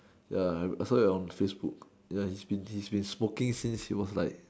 ya I saw it on Facebook ya he's been he's been smoking since he was like